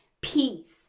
Peace